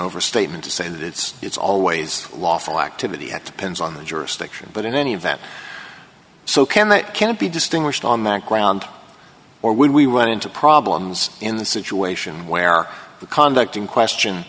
overstatement to say that it's it's always lawful activity at penns on jurisdiction but in any event so can they can it be distinguished on that ground or would we run into problems in the situation where the conduct in question